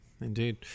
Indeed